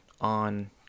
on